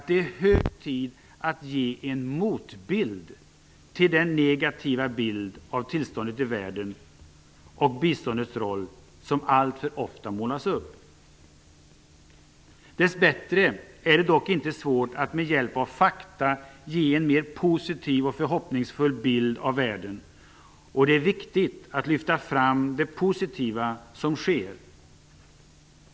Det är hög tid att ge en motbild till den negativa bild av tillståndet i världen och biståndets roll som alltför ofta målas upp. Dess bättre är det inte svårt att med hjälp av fakta ge en mer positiv och förhoppningsfull bild av världen. Det är viktigt att lyfta fram det positiva som sker.